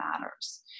matters